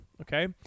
Okay